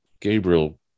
Gabriel